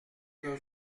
que